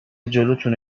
جلوتونو